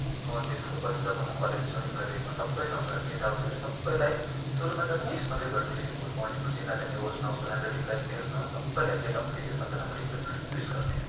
म त्यसको पछि जब म कलेज जोइन गरेँ म सबैसँग केटा होस् केटी होस् सबैलाई सुरुमा जस्ट विस मात्रै गर्थेँ गुड मर्निङ चिनाजानी होस् नहोस् उनीहरूले रिप्लाई दियोस् न दियोस् सबैलाई केटा होस् नहोस् म रिप्लाई विस गर्थेँ